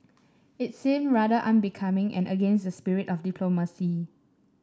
it seemed rather unbecoming and against the spirit of diplomacy